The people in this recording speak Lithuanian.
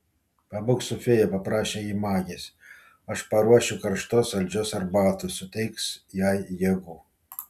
pabūk su fėja paprašė ji magės aš paruošiu karštos saldžios arbatos suteiks jai jėgų